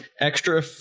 extra